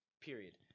Period